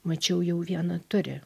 mačiau jau vieną turi